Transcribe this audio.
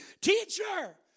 teacher